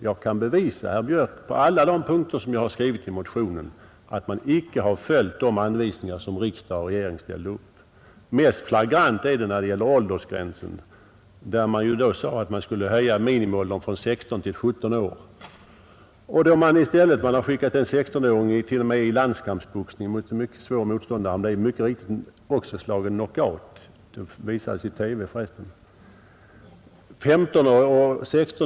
Jag kan bevisa, herr Björk, på alla de punkter jag skrivit om i motionen, att man icke har följt de anvisningar som riksdag och regering ställde upp. Mest flagrant är det när det gäller åldersgränsen, när det sades att man skulle höja minimiåldern från 16 till 17 år. I stället har man t.o.m. skickat en 16-åring till landskampsboxning mot en mycket svår motståndare. Han blev mycket riktigt också slagen knock out, vilket för resten visades i TV.